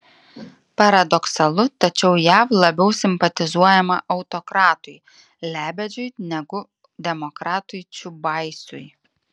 paradoksalu tačiau jav labiau simpatizuojama autokratui lebedžiui negu demokratui čiubaisui